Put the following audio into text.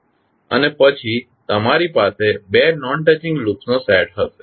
અને પછી તમારી પાસે બે નોન ટચિંગ લૂપ્સનો સેટ હશે